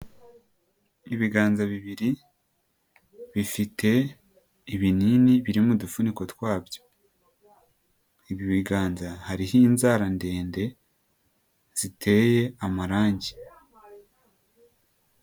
Ibiganza bibiri bifite ibinini biri mu dufuniko twabyo. Ibi biganza hariho inzara ndende ziteye amarangi.